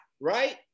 right